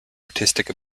artistic